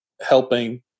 helping